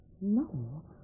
No